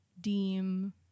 deem